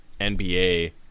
NBA